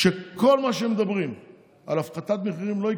שכל מה שמדברים על הפחתת מחירים לא יקרה,